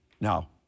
Now